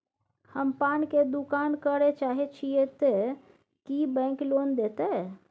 हम पान के दुकान करे चाहे छिये ते की बैंक लोन देतै?